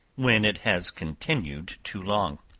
when it has continued too long.